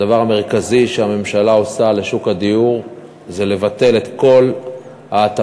הדבר המרכזי שהממשלה עושה לשוק הדיור הוא לבטל את כל ההטבות,